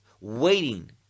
waiting